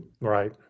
Right